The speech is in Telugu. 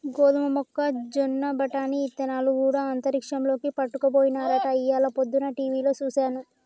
గోదమ మొక్కజొన్న బఠానీ ఇత్తనాలు గూడా అంతరిక్షంలోకి పట్టుకపోయినారట ఇయ్యాల పొద్దన టీవిలో సూసాను